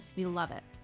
we love it!